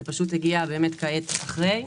זה פשוט הגיע באמת כעת אחרי.